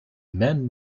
man